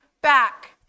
back